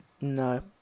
No